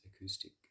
acoustic